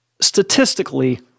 statistically